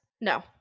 No